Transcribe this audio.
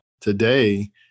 today